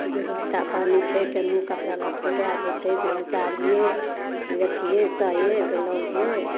जे बहता पानि छै केनाहु कपड़ा लटपटा जेतै चाहे साड़िये कि अथिये साये ब्लाउजे